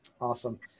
awesome